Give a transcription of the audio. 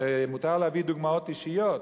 אם מותר להביא דוגמאות אישיות,